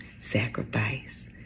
sacrifice